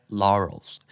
laurels